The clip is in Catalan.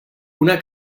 una